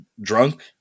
drunk